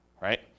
right